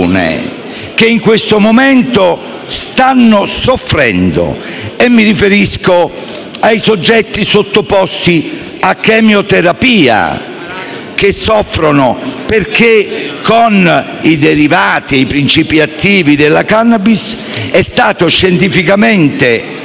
stanno soffrendo. Mi riferisco ai soggetti che sono sottoposti a chemioterapia e che soffrono, perché con i derivati e con i principi attivi della *cannabis* è stato scientificamente accertato che